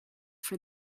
for